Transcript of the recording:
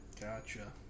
Gotcha